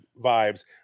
vibes